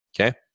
okay